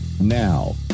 Now